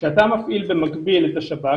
כשאתה מפעיל במקביל את השב"כ,